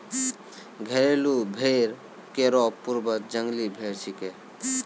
घरेलू भेड़ केरो पूर्वज जंगली भेड़ छिकै